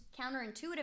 counterintuitive